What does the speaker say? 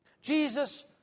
Jesus